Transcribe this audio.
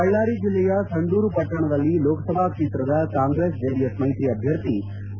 ಬಳ್ಳಾರಿ ಜಿಲ್ಲೆಯ ಸಂಡೂರು ಪಟ್ಟಣದಲ್ಲಿ ಲೋಕಸಭಾ ಕ್ಷೇತ್ರದ ಕಾಂಗ್ರೆಸ್ ಜೆಡಿಎಸ್ ಮೈತ್ರಿ ಅಭ್ಯರ್ಥಿ ಬಿ